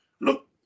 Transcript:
Look